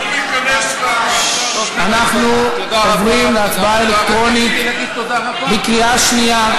אנחנו עוברים להצבעה אלקטרונית בקריאה שנייה.